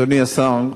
אדוני השר,